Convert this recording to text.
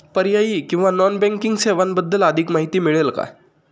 पर्यायी किंवा non banking सेवांबद्दल अधिक माहिती मिळेल का?